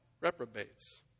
reprobates